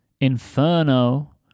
Inferno